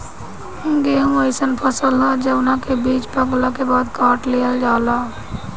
गेंहू अइसन फसल ह जवना के बीज पकला के बाद काट लिहल जाला